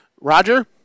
Roger